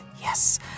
yes